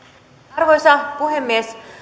arvoisa puhemies